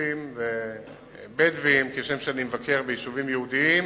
ודרוזיים ובדואיים כשם שאני מבקר ביישובים יהודיים.